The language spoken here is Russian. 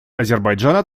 азербайджана